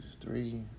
three